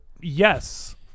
Yes